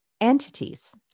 entities